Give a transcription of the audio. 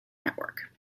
network